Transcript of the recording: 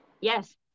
Yes